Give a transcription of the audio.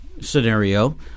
scenario